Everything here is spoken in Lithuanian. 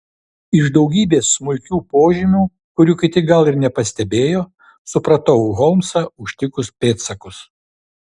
iš daugybės smulkučių požymių kurių kiti gal ir nepastebėjo supratau holmsą užtikus pėdsakus